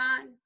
on